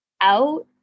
out